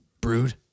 brood